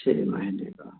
छः महीने का